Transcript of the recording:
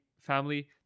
family